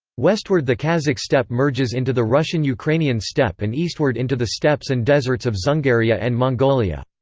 westward the kazakh steppe merges into the russian-ukrainian steppe and eastward into the steppes and deserts of dzungaria and mongolia.